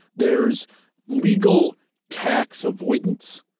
there's legal tax avoidance,